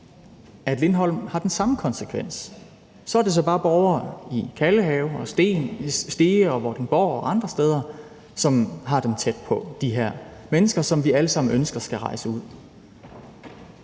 at Lindholm har den samme konsekvens. Så er det bare borgere i Kalvehave og Stege og Vordingborg og andre steder, som har dem tæt på, altså de her mennesker, som vi alle sammen ønsker skal rejse ud.